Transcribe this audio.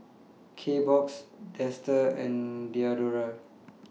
Kbox Dester and Diadora